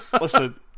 listen